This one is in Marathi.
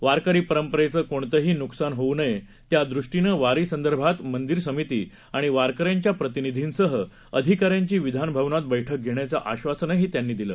वारकरी परंपरेचं कोणतंही नुकसान होऊ नये यादृष्टीनं वारीसंदर्भात मंदीर समिती आणि वारकऱ्यांच्या प्रतिनिधींसह अधिकाऱ्यांची विधानभवनात बैठक घेण्याचं आश्वासनही त्यांनी दिलं